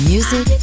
Music